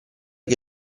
che